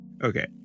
Okay